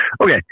Okay